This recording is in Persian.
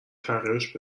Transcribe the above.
تغییرش